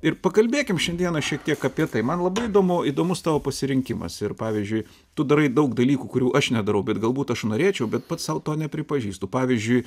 ir pakalbėkim šiandieną šiek tiek apie tai man labai įdomu įdomus tavo pasirinkimas ir pavyzdžiui tu darai daug dalykų kurių aš nedarau bet galbūt aš norėčiau bet pats sau to nepripažįstu pavyzdžiui